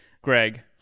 Greg